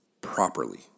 properly